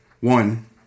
One